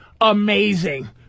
amazing